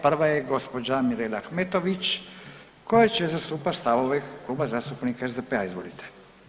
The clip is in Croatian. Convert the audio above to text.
Prva je gđa. Mirela Ahmetović koja će zastupati stavove Kluba zastupnika SDP-a, izvolite.